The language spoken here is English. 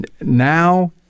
now